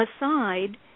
aside